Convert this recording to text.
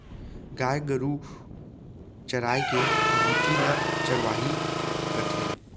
गाय गरू चराय के भुती ल चरवाही कथें